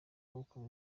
uko